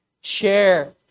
share